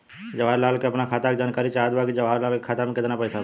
जवाहिर लाल के अपना खाता का जानकारी चाहत बा की जवाहिर लाल के खाता में कितना पैसा बा?